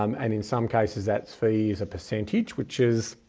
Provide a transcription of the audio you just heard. um and in some cases that's fee as a percentage, which is,